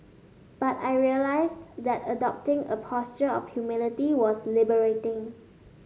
but I realised that adopting a posture of humility was liberating